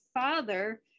father